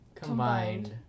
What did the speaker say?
Combined